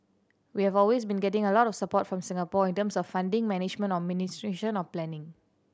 we have always been getting a lot of support from Singapore in terms of funding management or administration or planning